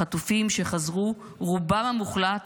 החטופים שחזרו, רובם המוחלט